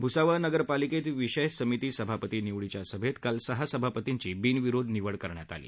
भूसावळ नगरपालिकेत विषय समिती सभापती निवडीच्या सभेत काल सहा सभापतींची बिनविरोध निवड करण्यात आली